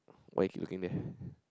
why you keep looking there